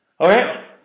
Okay